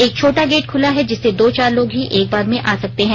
एक छोटा गेट खुला है जिससे दो चार लोग ही एक बार में आ सकते हैं